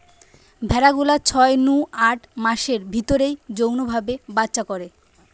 ভেড়া গুলা ছয় নু আট মাসের ভিতরেই যৌন ভাবে বাচ্চা করে